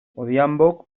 odhiambok